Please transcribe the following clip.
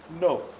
No